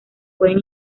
pueden